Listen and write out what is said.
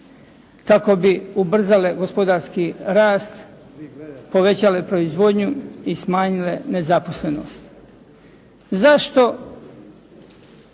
kako bi ubrzale gospodarske rast, povećale proizvodnju i smanjile nezaposlenost. Zašto?